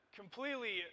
completely